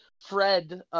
Fred